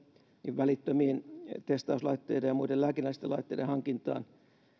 välittömien testauslaitteiden ja muiden lääkinnällisten laitteiden hankintaan